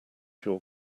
your